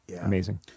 Amazing